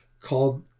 called